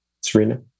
Serena